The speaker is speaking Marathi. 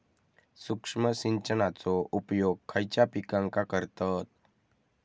सूक्ष्म सिंचनाचो उपयोग खयच्या पिकांका करतत?